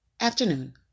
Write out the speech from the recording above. afternoon